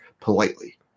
politely